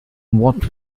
what